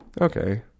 okay